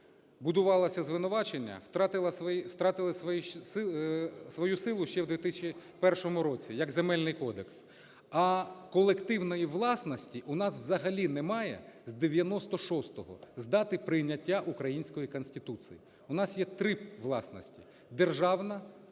будувалося звинувачення, втратили свою силу ще в 2001 році як Земельний кодекс, а колективної власності у нас взагалі немає з 96-го – з дати прийняття української Конституції. У нас є три власності: державна, комунальна